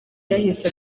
yahise